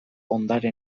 ondare